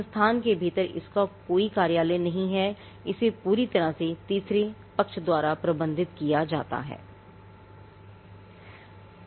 संस्थान के भीतर इसका कोई कार्यालय नहीं है इसे पूरी तरह से तीसरे पक्ष द्वारा प्रबंधित किया जाता है